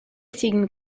sin